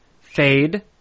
fade